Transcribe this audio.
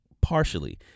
partially